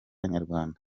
nyarwanda